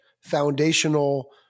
foundational